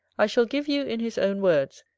i shall give you in his own words,